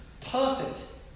Perfect